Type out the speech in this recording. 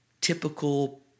typical